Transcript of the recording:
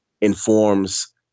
informs